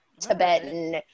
Tibetan